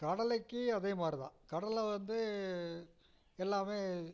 கடலைக்கு அதே மாதிரி தான் கடலை வந்து எல்லாமே